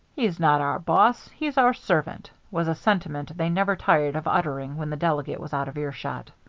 he's not our boss he's our servant, was a sentiment they never tired of uttering when the delegate was out of earshot.